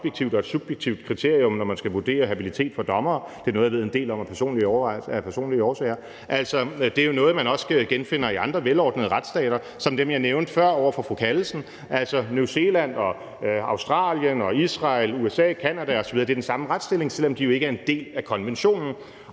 og et subjektivt kriterium, når man skal vurdere habilitet for dommere – det er noget, jeg af personlige årsager ved en del om – det er noget, man også genfinder i andre velordnede retsstater som dem, jeg nævnte før over for fru Anne Sophie Callesen, altså New Zealand og Australien og Israel, USA, Canada osv. Det er den samme retsstilling, selv om de jo ikke er en del af konventionen.